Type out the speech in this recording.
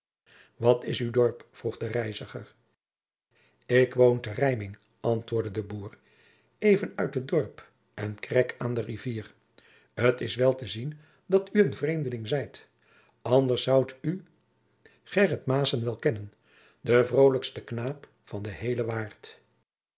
wat is uw dorp vroeg de reiziger ik woon te rijming antwoordde de boer even oet het dorp en krek aan de rivier t is wel te zien dat oe een vreemdeling zijt anders zoude oe gheryt maessen wel kennen den vrolijksten knaap van den hielen waard